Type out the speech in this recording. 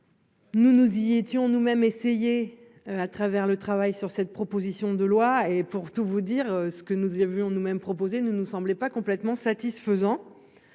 Nous nous y étions nous-mêmes essayer à travers le travail sur cette proposition de loi et pour tout vous dire ce que nous y a vu, on a même proposé ne nous semblait pas complètement satisfaisant.